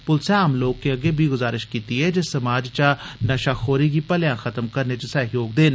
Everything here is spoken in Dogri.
पुलसै आम लोकें अग्गे बी गुजारश कीत्ती ऐ जे समाज चा नशाखोरी गी भलेयां खतम करने च सहयोग देन